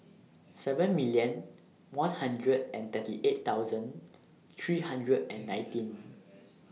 seven million one hundred and thirty eight thousand three hundred and nineteen